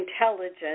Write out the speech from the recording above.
intelligence